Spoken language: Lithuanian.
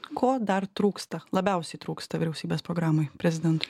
ko dar trūksta labiausiai trūksta vyriausybės programoj prezidentui